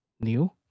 new